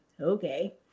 okay